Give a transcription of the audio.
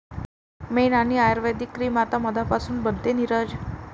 मेण आणि आयुर्वेदिक क्रीम आता मधापासून बनते, नीरज